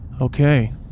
Okay